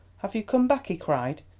have you come back? he cried,